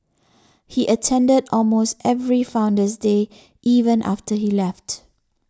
he attended almost every Founder's Day even after he left